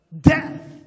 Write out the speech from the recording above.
Death